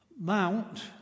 mount